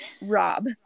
Rob